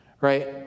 Right